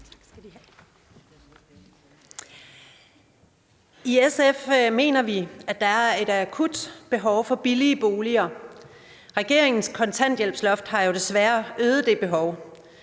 I SF mener vi, at der er et akut behov for billige boliger. Regeringens kontanthjælpsloft har jo desværre øget det behov.